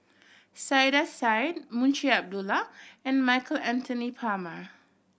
Saiedah Said Munshi Abdullah and Michael Anthony Palmer